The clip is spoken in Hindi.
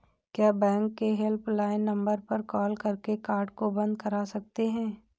क्या बैंक के हेल्पलाइन नंबर पर कॉल करके कार्ड को बंद करा सकते हैं?